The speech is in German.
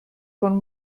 von